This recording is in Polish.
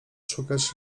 szukać